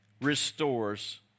restores